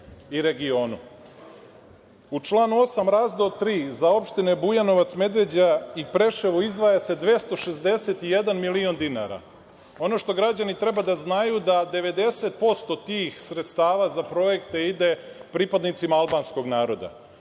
i region.U članu 8. razdel 3 za opštine Bujanovac, Medveđa i Preševo izdvaja se 261.000.000 dinara. Ono što građani treba da znaju da 90% tih sredstava za projekte ide pripadnicima albanskog naroda.